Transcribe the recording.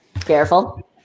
Careful